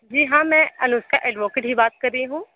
जी हाँ मैं अनुष्का ऐडवोकेट ही बात कर रही हूँ